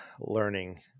learning